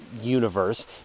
universe